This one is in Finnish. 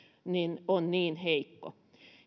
on niin heikko